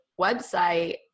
website